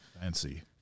Fancy